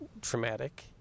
traumatic